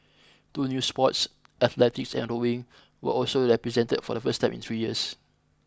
two new sports athletics and rowing were also represented for the first time in three years